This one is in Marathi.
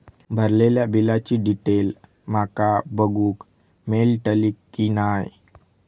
भरलेल्या बिलाची डिटेल माका बघूक मेलटली की नाय?